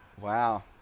Wow